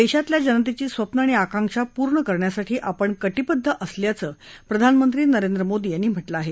देशातल्या जनतेची स्वप्नं आणि आकांक्षा पूर्ण करण्यासाठी आपण कटिबद्ध असल्याचं प्रधानमंत्री नरेंद्र मोदी यांनी म्हटलं आहे